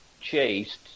chased